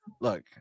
Look